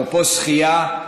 אפרופו שחייה,